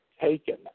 taken